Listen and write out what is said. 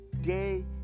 day